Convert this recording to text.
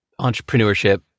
entrepreneurship